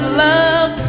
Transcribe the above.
love